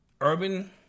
urban